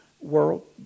world